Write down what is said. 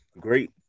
great